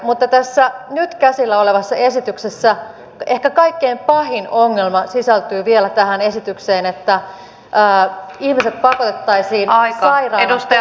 mutta tässä nyt käsillä olevassa esityksessä ehkä kaikkein pahin ongelma sisältyy vielä tähän esitykseen että ihmiset pakotettaisiin sairaana töihin